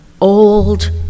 old